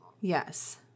Yes